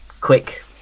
quick